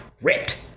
ripped